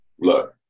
look